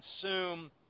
consume